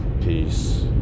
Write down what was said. Peace